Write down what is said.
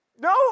No